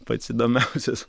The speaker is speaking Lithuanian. pats įdomiausias